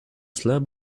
slab